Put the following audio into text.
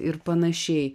ir panašiai